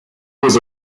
was